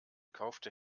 kaufte